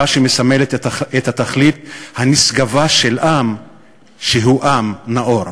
אמרה שמסמלת את התכלית הנשגבה של עם שהוא עם נאור.